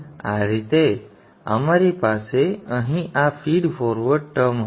આ રીતે અમારી પાસે અહીં આ ફીડ ફોરવર્ડ ટર્મ હતી